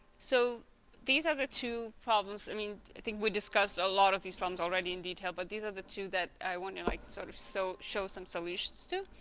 so these are the two problems i mean i think we discussed a lot of these problems already in detail but these are the two that i want to like sort of so show some solutions to